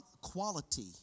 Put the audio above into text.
quality